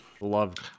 Loved